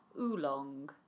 Oolong